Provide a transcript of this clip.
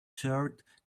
shirt